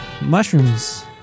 mushrooms